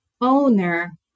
owner